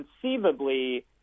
conceivably